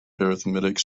arithmetic